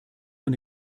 von